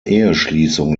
eheschließung